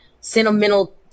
sentimental